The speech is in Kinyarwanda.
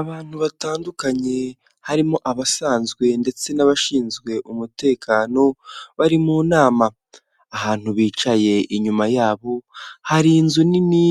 Abantu batandukanye harimo abasanzwe ndetse n'abashinzwe umutekano bari mu nama, ahantu bicaye inyuma yabo hari inzu nini